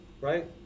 right